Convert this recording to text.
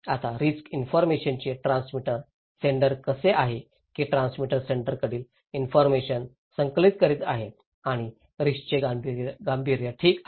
आता रिस्क इन्फॉरमेशनचे transmitter sender कसे आहे की ट्रान्समीटर सेंडर कडील इन्फॉरमेशन संकलित करीत आहे आणि रिस्कचे गांभीर्य ठीक आहे